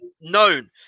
known